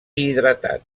hidratat